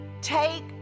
take